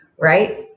right